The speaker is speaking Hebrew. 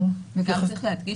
אני רוצה להדגיש,